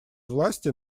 власти